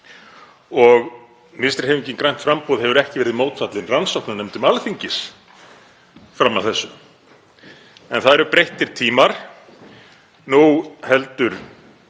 og Vinstrihreyfingin – grænt framboð hefur ekki verið mótfallin rannsóknarnefndum Alþingis fram að þessu. En það eru breyttir tímar. Nú heldur